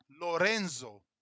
Lorenzo